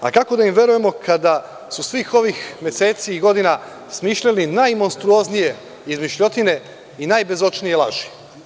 Kako da im verujemo kada su svih ovih meseci i godina smišljali najmonstruoznije izmišljotine i najbezočnije laži.